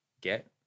get